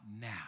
now